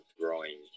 growing